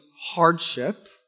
hardship